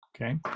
Okay